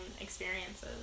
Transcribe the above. experiences